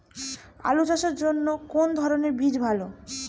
আলু চাষের জন্য কোন ধরণের বীজ ভালো?